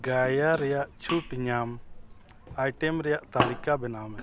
ᱨᱮᱭᱟᱜ ᱪᱷᱩᱴ ᱧᱟᱢ ᱨᱮᱭᱟᱜ ᱛᱟᱹᱞᱤᱠᱟ ᱵᱮᱱᱟᱣ ᱢᱮ